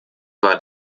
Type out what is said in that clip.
war